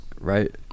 right